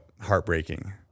heartbreaking